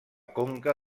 conca